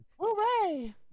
Hooray